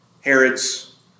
Herod's